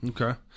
Okay